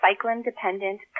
cyclin-dependent